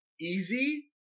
easy